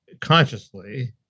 consciously